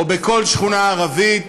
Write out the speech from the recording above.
או בכל שכונה ערבית,